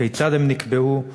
כיצד הם נקבעו,